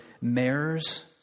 mayors